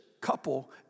couple